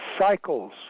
cycles